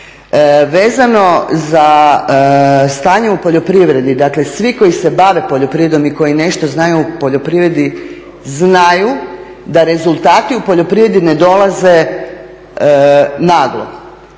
Vezano za stanje u poljoprivredi, dakle svi koji se bave poljoprivredom i koji nešto znaju o poljoprivredi znaju da rezultati u poljoprivredi ne dolaze naglo.